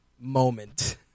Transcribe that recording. moment